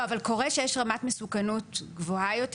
אבל קורה שיש רמת מסוכנות גבוהה יותר